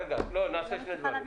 נעשה שני דברים.